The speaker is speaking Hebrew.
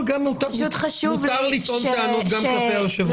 מותר לטעות טענות גם כלפי היושב-ראש.